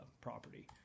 property